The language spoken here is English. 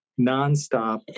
nonstop